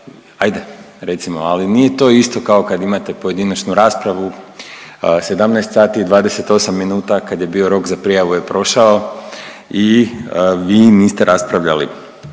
ajde recimo, ali nije to isto kao kad imate pojedinačnu raspravu, 17,28 minuta kad je bio rok za prijavu je prošao i vi niste raspravljali.